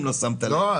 אני לא שמרן.